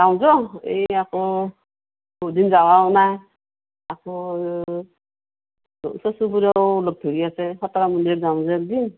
আহোঁ য' এই আকৌ বহুত দিন যাৱাও নাই আকৌ ওচৰ চুবুৰীয়াও লগ ধৰি আছে খটৰা মন্দিৰত যাওঁ যদি